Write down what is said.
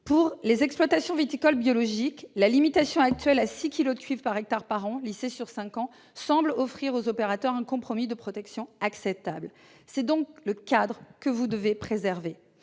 Pour les exploitations viticoles biologiques, la limitation actuelle à 6 kilogrammes de cuivre par hectare et par an, lissée sur cinq ans, semble offrir aux opérateurs un compromis de protection acceptable. C'est donc le cadre que vous devez préserver